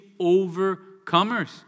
overcomers